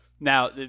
Now